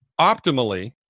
optimally